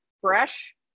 fresh